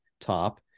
top